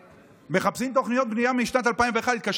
מחפשים תוכניות בנייה משנת 2001. התקשר